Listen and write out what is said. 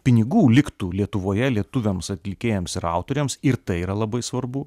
pinigų liktų lietuvoje lietuviams atlikėjams ir autoriams ir tai yra labai svarbu